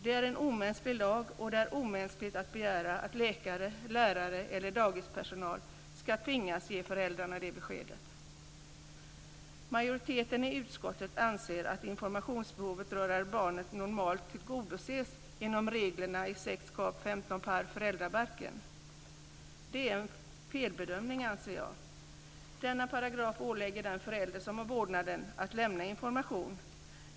Det är en omänsklig lag, och det är omänskligt att begära att läkare, lärare eller dagispersonal ska tvingas ge föräldern det beskedet. Majoriteten i utskottet anser att informationsbehovet rörande barnet normalt tillgodoses genom reglerna i 6 kap. 15 § föräldrabalken. Det är en felbedömning, anser jag. Denna paragraf ålägger den förälder som har vårdnaden att lämna information.